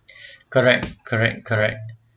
correct correct correct